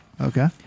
Okay